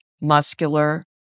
muscular